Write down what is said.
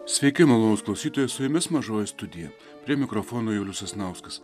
sveiki malonūs klausytojai su jumis mažoji studija prie mikrofono julius sasnauskas